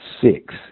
six